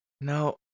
no